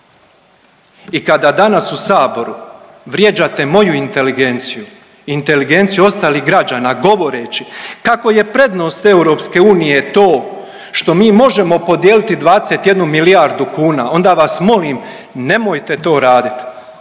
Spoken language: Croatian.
I kada danas u Saboru vrijeđate moju inteligenciju i inteligenciju ostalih građana govoreći kako je prednost EU to što mi možemo podijeliti 21 milijardu kuna onda vas molim nemojte to raditi.